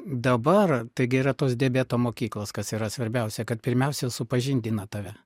dabar taigi yra tos diabeto mokyklos kas yra svarbiausia kad pirmiausia supažindina tave